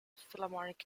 philharmonic